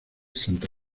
santa